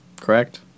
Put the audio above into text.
correct